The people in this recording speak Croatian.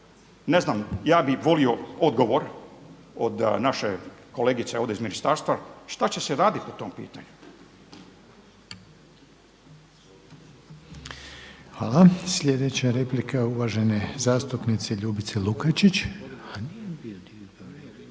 bića. Ja bih volio odgovor od naše kolegice ovdje iz ministarstva, šta će se raditi po tom pitanju? **Reiner, Željko (HDZ)** Hvala. Sljedeća replika je uvažene zastupnice Ljubice LUkačić.